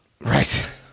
Right